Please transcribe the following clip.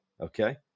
okay